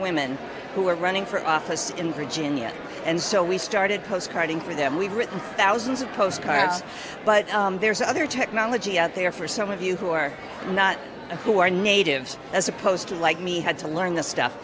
women who are running for office in virginia and so we started postcard ing for them we've written thousands of postcards but there's other technology out there for some of you who are not who are natives as opposed to like me had to learn the stuff